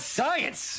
science